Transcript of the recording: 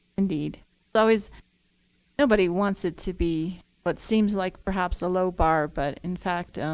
indeed. it's always nobody wants it to be what seems like perhaps a low bar, but in fact